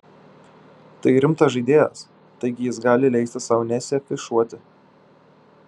tai rimtas žaidėjas taigi jis gali leisti sau nesiafišuoti